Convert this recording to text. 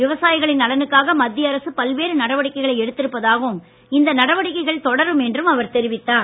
விவசாயிகளின் நலனுக்காக மத்திய அரசு பல்வேறு நடவடிக்கைகளை எடுத்திருப்பதாகவும் இந்நடவடிக்கைகள் தொடரும் என்றும் அவர் தெரிவித்தார்